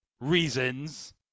reasons